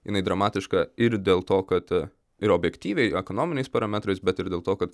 jinai dramatiška ir dėl to kad a ir objektyviai ekonominiais parametrais bet ir dėl to kad